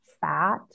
fat